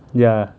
ya